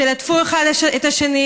תלטפו אחד את השני,